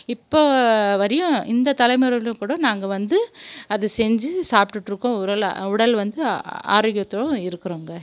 இப்போ வரையும் இந்த தலைமுறையிலும் கூட நாங்கள் வந்து அதை செஞ்சு சாப்பிட்டுட்டு இருக்கோம் உடலை உடல் வந்து ஆரோக்கியத்தோட இருக்குறோங்க